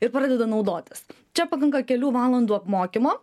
ir pradeda naudotis čia pakanka kelių valandų apmokymo